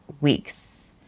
weeks